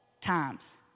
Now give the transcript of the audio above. times